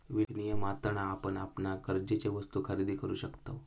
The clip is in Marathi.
विनियमातना आपण आपणाक गरजेचे वस्तु खरेदी करु शकतव